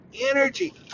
energy